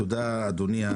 תודה אדוני,